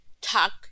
talk